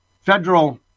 Federal